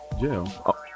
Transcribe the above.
Jail